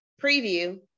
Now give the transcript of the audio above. preview